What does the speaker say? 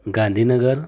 Gandhinagar